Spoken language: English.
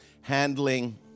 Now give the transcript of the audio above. handling